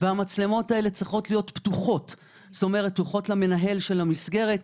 והמצלמות צריכות להיות פתוחות למנהל המסגרת.